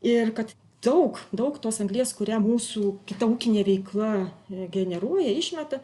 ir kad daug daug tos anglies kuria mūsų kitam ūkinė veikla generuoja išmeta